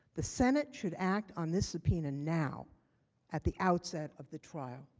the senate should act on this subpoena now at the outset of the trial.